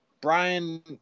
brian